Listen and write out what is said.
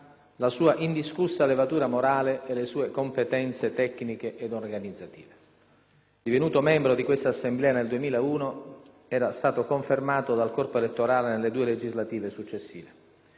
la sua indiscussa levatura morale e le sue competenze tecniche ed organizzative. Divenuto membro di questa Assemblea nel 2001, era stato confermato dal corpo elettorale nelle due legislature successive.